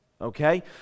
okay